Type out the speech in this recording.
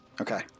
Okay